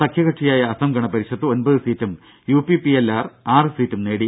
സഖ്യകക്ഷിയായ അസം ഗണപരിഷത്ത് ഒൻപത് സീറ്റും യുപിപിഎൽ ആറ് സീറ്റും നേടി